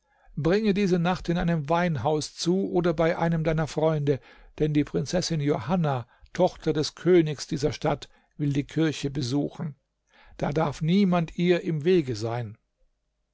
bringe diese nacht in einem weinhaus zu oder bei einem deiner freunde denn die prinzessin johanna tochter des königs dieser stadt will die kirche besuchen da darf niemand ihr im wege sein